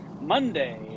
Monday